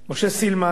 משה סילמן,